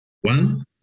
One